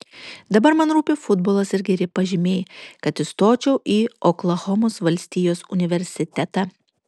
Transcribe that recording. dabar man rūpi futbolas ir geri pažymiai kad įstočiau į oklahomos valstijos universitetą